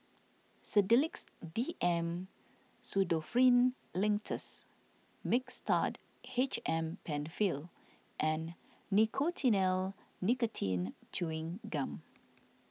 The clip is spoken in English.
Sedilix D M Pseudoephrine Linctus Mixtard H M Penfill and Nicotinell Nicotine Chewing Gum